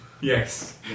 Yes